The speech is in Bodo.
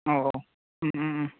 औ औ